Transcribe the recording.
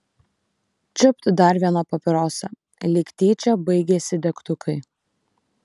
čiupt dar vieną papirosą lyg tyčia baigėsi degtukai